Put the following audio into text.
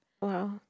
Wow